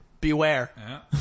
Beware